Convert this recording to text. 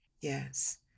Yes